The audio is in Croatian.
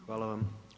Hvala vam.